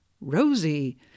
Rosie